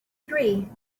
three